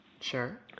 Sure